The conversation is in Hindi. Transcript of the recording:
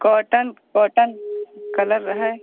कॉटन कॉटन कलर रहे